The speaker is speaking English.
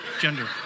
gender